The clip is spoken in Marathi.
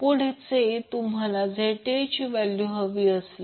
पुढचे तुम्हाला Zth ची व्हॅल्यू हवी आहे